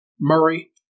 Murray